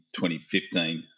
2015